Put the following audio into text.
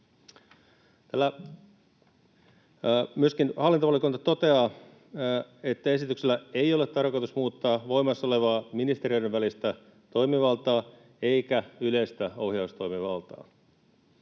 Hallintovaliokunta toteaa myöskin, että esityksellä ei ole tarkoitus muuttaa voimassa olevaa ministeriöiden välistä toimivaltaa eikä yleistä ohjaustoimivaltaa.